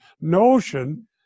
notion